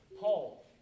Paul